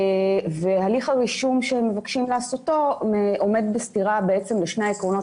הליך הרישום שמבקשים לעשותו עומד בסתירה לשני העקרונות